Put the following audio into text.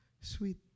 sweet